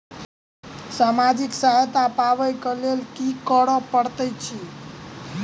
सामाजिक सहायता पाबै केँ लेल की करऽ पड़तै छी?